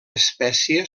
espècie